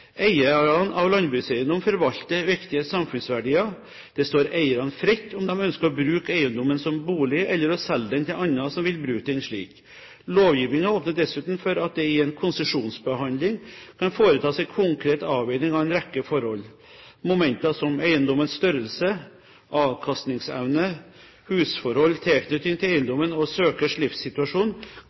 av landbrukseiendom forvalter viktige samfunnsverdier. Det står eierne fritt om de ønsker å bruke eiendommen som bolig eller til å selge den til andre som vil bruke den slik. Lovgivningen åpner dessuten for at det i en konsesjonsbehandling kan foretas en konkret avveining av en rekke forhold. Momenter som eiendommens størrelse, avkastningsevne, husforhold, tilknytning til eiendommen og